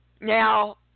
Now